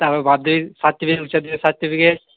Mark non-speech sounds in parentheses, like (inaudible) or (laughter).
তারপর birthday certificate (unintelligible) certificate